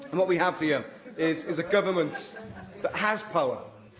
and what we have here is is a government that has power,